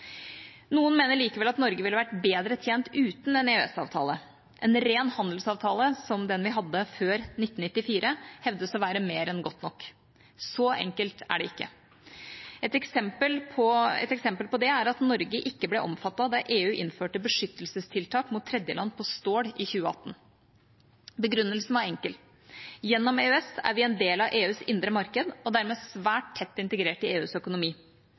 Noen mener likevel at Norge ville vært bedre tjent uten en EØS-avtale. En ren handelsavtale, som den vi hadde før 1994, hevdes å være mer enn godt nok. Så enkelt er det ikke. Et eksempel på det er at Norge ikke ble omfattet da EU innførte beskyttelsestiltak mot tredjeland på stål i 2018. Begrunnelsen var enkel: Gjennom EØS er vi en del av EUs indre marked og dermed svært tett integrert i EUs økonomi.